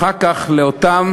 אחר כך, לאותם